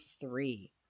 three